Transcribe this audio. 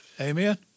Amen